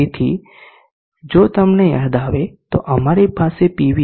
તેથી જો તમને યાદ આવે તો અમારી પાસે PV